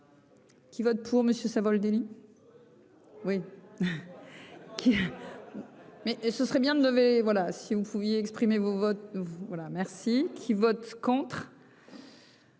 Qui vote pour Monsieur Savoldelli oui mais, et ce serait bien de lever, voilà, si vous pouviez exprimer vos votre voilà merci qui vote contre.